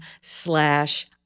slash